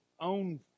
own